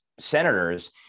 senators